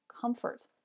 comfort